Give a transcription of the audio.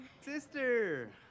Sister